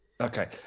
Okay